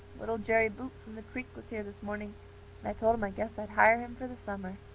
little jerry buote from the creek was here this morning, and i told him i guessed i'd hire him for the summer.